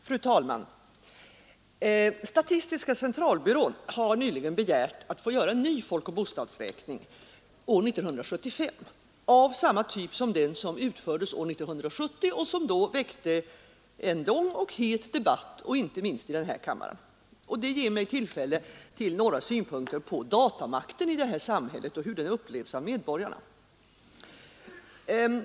Fru talman! Statistiska centralbyrån har nyligen begärt att få göra en ny folkoch bostadsräkning år 1975 av samma typ som den som utfördes år 1970 och som då väckte en lång och het debatt, inte minst i denna kammare. Det ger mig tillfälle till några synpunkter på datamakten i samhället och på hur den upplevs av medborgarna.